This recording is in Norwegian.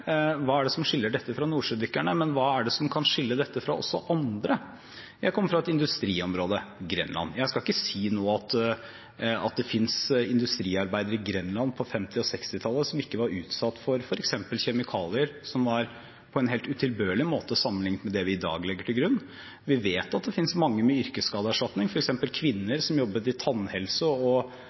som skiller dette fra nordsjødykkerne, men hva som kan skille dette fra også andre. Jeg kommer fra et industriområde, Grenland. Jeg skal ikke si nå at det ikke finnes industriarbeidere i Grenland som på 1950- og 1960-tallet var utsatt for f.eks. kjemikalier på en helt utilbørlig måte, sammenlignet med det vi i dag legger til grunn. Vi vet at det finnes mange med yrkesskadeerstatning, f.eks. kvinner som jobbet innen tannhelse og